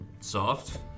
soft